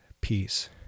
peace